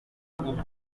nta